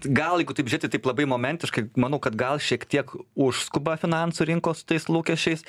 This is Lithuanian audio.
gal jeigu taip žiūrėti taip labai momentiškai manau kad gal šiek tiek užskuba finansų rinkos su tais lūkesčiais